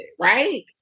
right